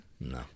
no